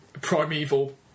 primeval